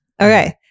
Okay